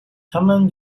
common